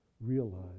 realize